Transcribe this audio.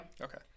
Okay